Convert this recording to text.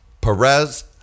Perez